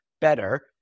better